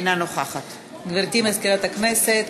אינה נוכחת גברתי מזכירת הכנסת,